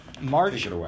March